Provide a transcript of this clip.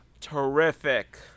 terrific